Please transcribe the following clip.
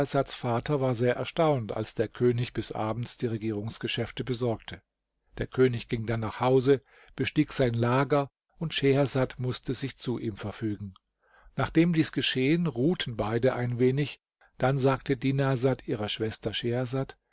vater war sehr erstaunt als der könig bis abends die regierungsgeschäfte besorgte der könig ging dann nach hause bestieg sein lager und schehersad mußte sich zu ihm verfügen nachdem dies geschehen ruhten beide ein wenig dann sagte dinarsad ihrer schwester